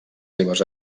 seves